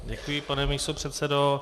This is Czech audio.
Děkuji, pane místopředsedo.